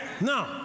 No